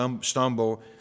stumble